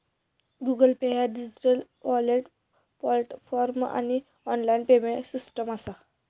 Google pay ह्या digital wallet platform आणि online payment system असा